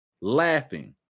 laughing